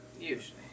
Usually